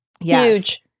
Huge